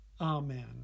Amen